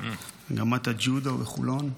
במגמת הג'ודו בחולון.